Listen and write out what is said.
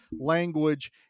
language